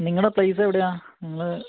നിങ്ങളുടെ പ്ലേസ് എവിടെയാണ് നിങ്ങൾ